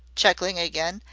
chuckling again,